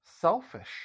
selfish